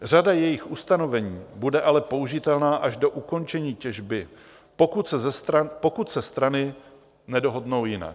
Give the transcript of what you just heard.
Řada jejích ustanovení bude ale použitelná až do ukončení těžby, pokud se strany nedohodnou jinak.